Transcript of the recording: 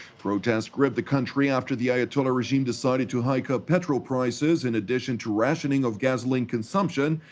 protests gripped the country after the ayatollah regime decided to hike up petrol prices, in addition to rationing of gasoline consumption,